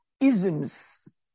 isms